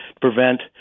prevent